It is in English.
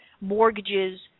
mortgages